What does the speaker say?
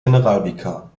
generalvikar